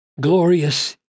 glorious